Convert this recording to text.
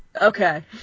Okay